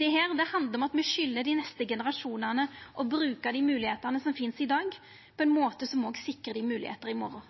Dette handlar om at me skyldar dei neste generasjonane å bruka dei moglegheitene som finst i dag, på ein måte som òg sikrar dei moglegheiter i morgon,